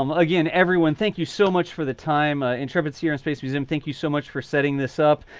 um again, everyone, thank you so much for the time ah intrepid sea, air and space museum. thank you so much for setting this up.